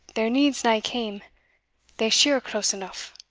there needs nae kame they shear close eneugh.